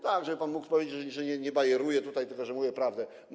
Tak, żeby pan mógł powiedzieć, że nie bajeruję tutaj, tylko że mówię prawdę.